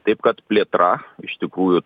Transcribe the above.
taip kad plėtra iš tikrųjų